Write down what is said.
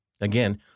Again